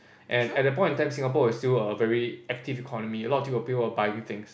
and at that point in time Singapore was still a very active economy a lot of people was buying things